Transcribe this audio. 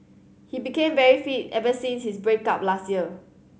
he became very fit ever since his break up last year